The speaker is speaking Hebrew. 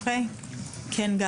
גבי, בבקשה.